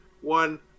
One